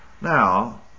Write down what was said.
Now